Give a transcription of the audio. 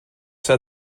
said